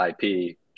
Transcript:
IP